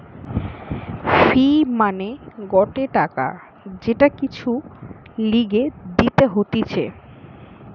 ফি মানে গটে টাকা যেটা কিছুর লিগে দিতে হতিছে